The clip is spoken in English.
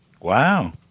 Wow